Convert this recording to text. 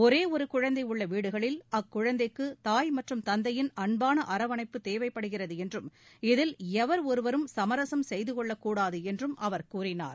ஒரே ஒரு குழந்தை உள்ள வீடுகளில் அக்குழந்தைக்கு தாய் மற்றும் தந்தையின் அன்பான அரவணைப்பு தேவைப்படுகிறது என்றும் இதில் எவர் ஒருவரும் சமரசம் செய்தகொள்ளக் கூடாது என்றும் அவர் கூறினார்